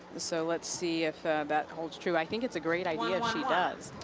so let's see if that holds true. i think it's a great idea if she does.